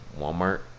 Walmart